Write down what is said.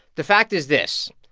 the fact is this.